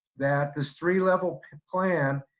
that this three level plan,